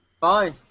Fine